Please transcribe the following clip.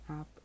app